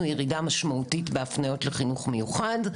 ירידה משמעותית בהפניות לחינוך מיוחד,